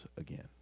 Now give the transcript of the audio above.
again